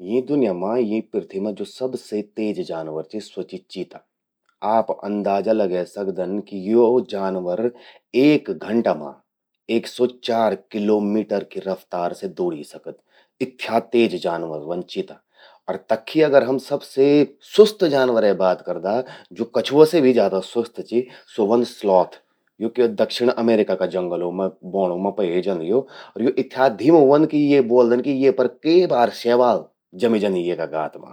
यीं दुनिया मां, यीं पृथ्वी मां, जो सबसे तेज जानवर चि स्वो चि चीता। आप अंदाजा लगे सकदन कि यो जानवर एक घंटा मां 104 किलोमीटर की रफ्तार से दौड़ी सकद। इथ्या तेज जानवर ह्वोंद चीता। तक्खि अगर हम सबसे सुस्त जानवरे बात करदा, जो कछुआ से भी ज्यादा सुस्त चि, स्वो ह्वंद स्लॉथ। यो दक्षिण अमेरिका का जंगलों मां बौंणूं मां पये जंद। यो इथ्या धीमु ह्वंद कि ये ब्वोल्दन कि ये पर कै बार स्यवाल जमि जंदी गात मां।